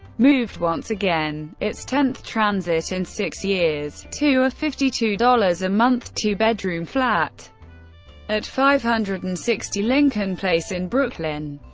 moved once again its tenth transit in six years to a fifty two a month two-bedroom flat at five hundred and sixty lincoln place in brooklyn.